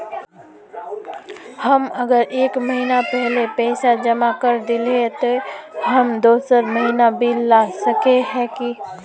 हम अगर एक महीना पहले पैसा जमा कर देलिये ते हम दोसर महीना बिल ला सके है की?